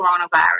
coronavirus